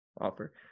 offer